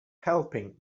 helping